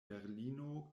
berlino